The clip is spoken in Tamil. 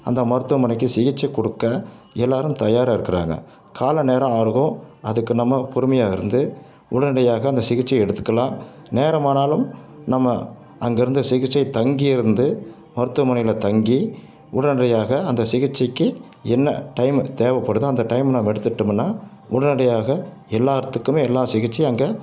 அந்த மருத்துவமனைக்கு சிகிச்சை கொடுக்க எல்லோரும் தயாராக இருக்குறாங்க கால நேரம் ஆகும் அதுக்கு நம்ம பொறுமையாக இருந்து உடனடியாக அந்த சிகிச்சை எடுத்துக்கலாம் நேரம் ஆனாலும் நம்ம அங்கேருந்து சிகிச்சை தங்கியிருந்து மருத்துவமனையில் தங்கி உடனடியாக அந்த சிகிச்சைக்கு என்ன டைம் தேவப்படுதோ அந்த டைம் நம்ம எடுத்துக்கிட்டோமுன்னா உடனடியாக எல்லாத்துக்குமே எல்லா சிகிச்சையும் அங்கே